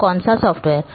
तो कौन सा सॉफ्टवेयर